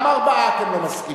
גם ארבעה אתם לא מסכימים.